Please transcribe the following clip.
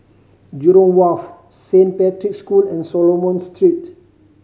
Jurong Wharf Saint Patrick's School and Solomon Street